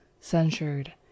censured